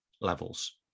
levels